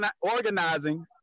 organizing